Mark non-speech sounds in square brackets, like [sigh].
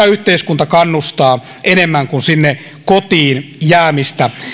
[unintelligible] yhteiskunta kannustaa enemmän kuin sinne kotiin jäämistä